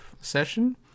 session